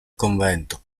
convento